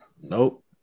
Nope